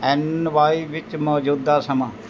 N Y ਵਿੱਚ ਮੌਜੂਦਾ ਸਮਾਂ